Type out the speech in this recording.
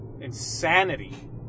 insanity